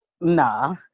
Nah